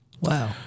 Wow